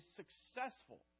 successful